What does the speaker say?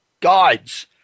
Guides